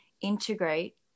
integrate